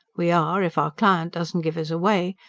we are, if our client doesn't give us away.